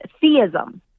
theism